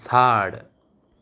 झाड